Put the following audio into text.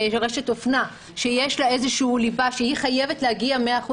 רשת אופנה שיש לה איזושהי ליבה שהיא חייבת להגיע 100%,